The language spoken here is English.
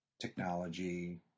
technology